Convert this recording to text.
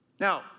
Now